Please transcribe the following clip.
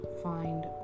find